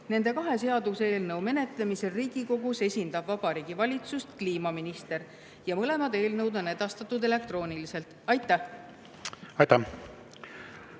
Nende kahe seaduseelnõu menetlemisel Riigikogus esindab Vabariigi Valitsust kliimaminister. Mõlemad eelnõud on edastatud elektrooniliselt. Aitäh! Austatud